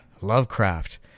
Lovecraft